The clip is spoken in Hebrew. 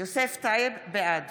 טייב, בעד